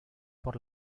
por